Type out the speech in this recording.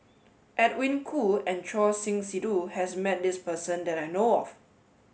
Edwin Koo and Choor Singh Sidhu has met this person that I know of